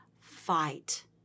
fight